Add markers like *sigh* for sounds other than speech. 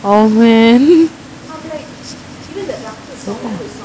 oh man *laughs*